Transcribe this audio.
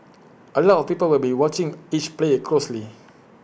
A lot of people will be watching each player closely